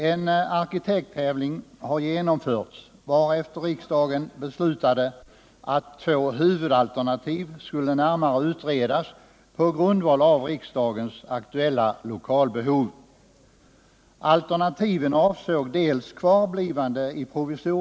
En arkitekttävling har genomförts, varefter riksdagen beslutade att två huvudalternativ skulle närmare utredas på grundval av riksdagens aktuella lokalbehov.